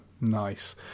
nice